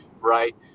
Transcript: right